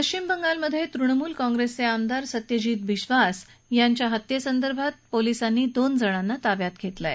पश्विम बंगालमध्ये तृणमूल काँप्रेसचे आमदार सत्यजीत बिश्वास यांच्या हत्येसंदर्भात पोलिसांनी दोन जणांना ताब्यात घेतलं आहे